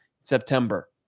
September